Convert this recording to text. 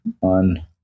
on